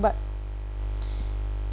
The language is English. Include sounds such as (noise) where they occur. but (breath)